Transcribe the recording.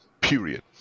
period